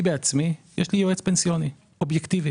לי בעצמי יש יועץ פנסיוני אובייקטיבי